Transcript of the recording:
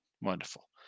wonderful